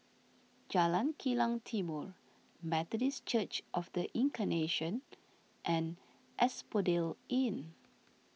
Jalan Kilang Timor Methodist Church of the Incarnation and Asphodel Inn